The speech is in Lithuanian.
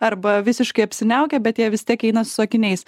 arba visiškai apsiniaukę bet jie vis tiek eina su akiniais